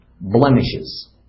blemishes